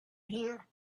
here